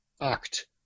act